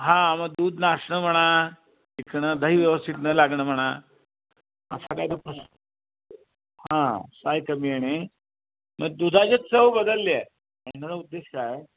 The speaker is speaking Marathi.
हां मग दूध नासणं म्हणा टिकणं दही व्यवस्थित न लागणं म्हणा असा काय तो कसं हां साय कमी येणे मग दुधाची चव बदलली आहे सांगण्याचा उद्देश काय